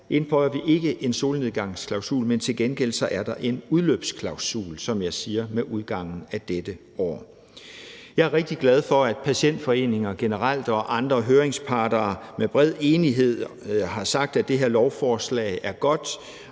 indføjer vi ikke en solnedgangsklausul, men til gengæld er der, som jeg siger, en udløbsklausul, med udgangen af dette år. Jeg er rigtig glad for, at patientforeninger generelt og andre høringsparter med bred enighed har sagt, at det her lovforslag er godt,